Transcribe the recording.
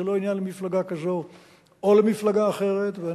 זה לא עניין למפלגה כזו או למפלגה אחרת,